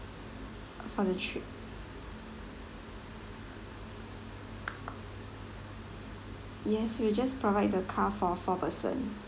for the trip yes we'll just provide the car for four person